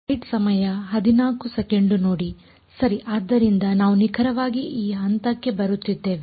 ಸರಿ ಆದ್ದರಿಂದ ನಾವು ನಿಖರವಾಗಿ ಆ ಹಂತಕ್ಕೆ ಬರುತ್ತಿದ್ದೇವೆ